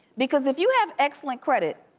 because if you have excellent credit,